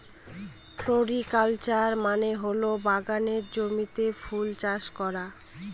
floriculture মানে হল বাগানের জমিতে ফুল চাষ করা